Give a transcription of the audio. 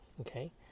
okay